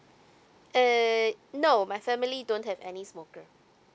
uh no my family don't have any smoker